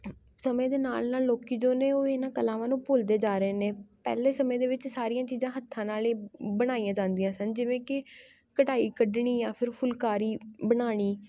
ਸਮੇਂ ਦੇ ਨਾਲ਼ ਨਾਲ਼ ਲੋਕੀ ਜੋ ਨੇ ਉਹ ਇਹਨਾਂ ਕਲਾਵਾਂ ਨੂੰ ਭੁੱਲਦੇ ਜਾ ਰਹੇ ਨੇ ਪਹਿਲੇ ਸਮੇਂ ਦੇ ਵਿੱਚ ਸਾਰੀਆਂ ਚੀਜ਼ਾਂ ਹੱਥਾਂ ਨਾਲ਼ ਏ ਬਣਾਈਆਂ ਜਾਂਦੀਆਂ ਸਨ ਜਿਵੇਂ ਕਿ ਕਢਾਈ ਕੱਢਣੀ ਯਾ ਫਿਰ ਫੁੱਲਕਾਰੀ ਬਣਾਉਣੀ